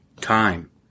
time